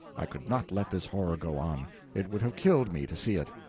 i could not let this horror go on it would have killed me to see it.